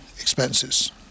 expenses